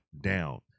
down